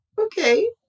okay